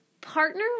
partner